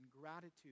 gratitude